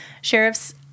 Sheriff's